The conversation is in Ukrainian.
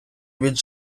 від